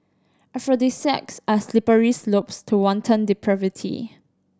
aphrodisiacs are slippery slopes to wanton depravity